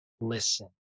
listen